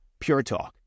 PureTalk